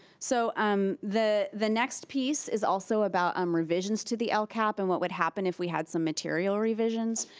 so um the the next piece is also about um revisions to the lcap and what would happen if we had some material revisions.